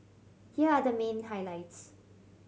here are the main highlights